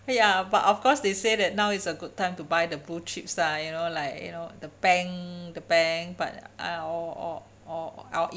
ya but of course they say that now is a good time to buy the blue chips lah you know like you know the bank the bank but uh or or or or